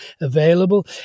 available